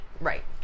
Right